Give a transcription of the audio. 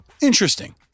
interesting